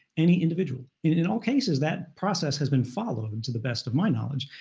any individual. and in all cases, that process has been followed to the best of my knowledge.